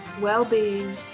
well-being